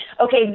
okay